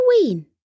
Halloween